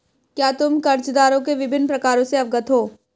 क्या तुम कर्जदारों के विभिन्न प्रकारों से अवगत हो?